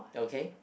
okay